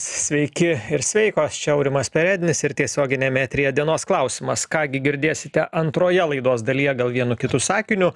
sveiki ir sveikos čia aurimas perednis ir tiesioginiame eteryje dienos klausimas ką gi girdėsite antroje laidos dalyje gal vienu kitu sakiniu